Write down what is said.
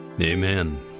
Amen